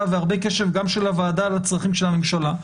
והרבה קשב גם של הוועדה לצרכים של הממשלה.